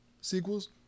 sequels